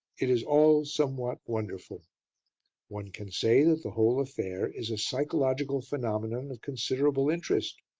it is all somewhat wonderful one can say that the whole affair is a psychological phenomenon of considerable interest,